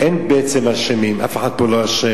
אין בעצם אשמים, אף אחד פה לא אשם.